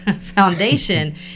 foundation